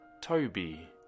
Toby